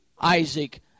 Isaac